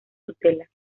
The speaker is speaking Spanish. tutela